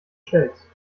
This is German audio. stellst